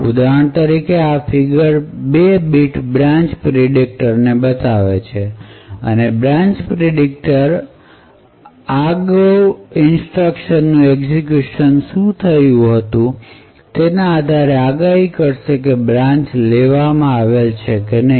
ઉદાહરણ તરીકે આ ફિગર 2 બીટ બ્રાન્ચ પ્રિડિકટર ને બતાવે છે અને બ્રાન્ચ પ્રિડિકટર અગાવ ઇન્સટ્રક્શન નું એક્ઝેક્યુશન થયું ત્યારે શું થયું હતું તેના આધારે તે આગાહી કરશે કે બ્રાન્ચ લીધેલી છે કે નહીં